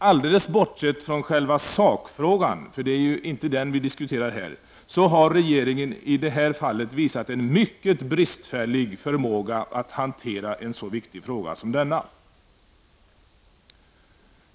Alldeles bortsett från själva sakfrågan, för det är ju inte den vi diskuterar här, så har regeringen i detta fall visat en mycket bristfällig förmåga att hantera en så viktig fråga som denna.